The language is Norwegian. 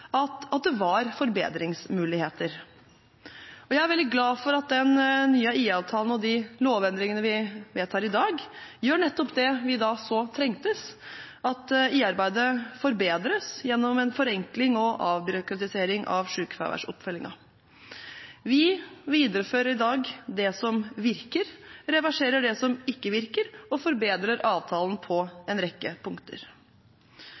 – at det var forbedringsmuligheter. Jeg er veldig glad for at den nye IA-avtalen og de lovendringene vi vedtar i dag, gjør nettopp det vi da så trengtes, at IA-arbeidet forbedres gjennom en forenkling og avbyråkratisering av sykefraværsoppfølgingen. Vi viderefører i dag det som virker, reverserer det som ikke virker og forbedrer avtalen på en rekke punkter.